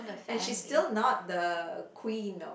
and she's still not the queen of